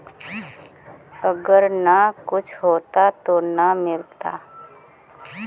अगर न कुछ होता तो न मिलता?